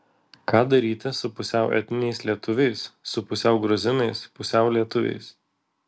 ką daryti su pusiau etniniais lietuviais su pusiau gruzinais pusiau lietuviais